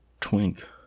twink